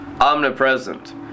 omnipresent